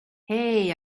hey